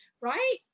Right